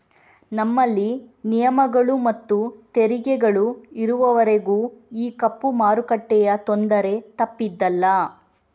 ನಮ್ಮಲ್ಲಿ ನಿಯಮಗಳು ಮತ್ತು ತೆರಿಗೆಗಳು ಇರುವವರೆಗೂ ಈ ಕಪ್ಪು ಮಾರುಕಟ್ಟೆಯ ತೊಂದರೆ ತಪ್ಪಿದ್ದಲ್ಲ